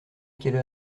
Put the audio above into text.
quelle